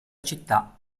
città